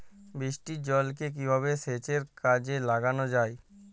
বৃষ্টির জলকে কিভাবে সেচের কাজে লাগানো যায়?